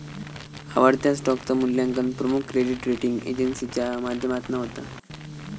आवडत्या स्टॉकचा मुल्यांकन प्रमुख क्रेडीट रेटींग एजेंसीच्या माध्यमातना होता